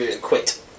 quit